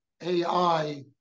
AI